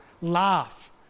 laugh